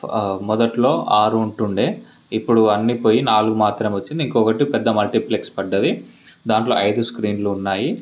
మొదట్లో ఆరు ఉంటు ఉండే ఇప్పుడు అన్ని పోయి నాలుగు మాత్రమే వచ్చింది ఇంకొకటి పెద్ద మల్టీప్లెక్స్ పడ్డది దాంట్లో ఐదు స్క్రీన్లు ఉన్నాయి